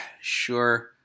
sure